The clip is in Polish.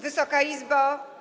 Wysoka Izbo!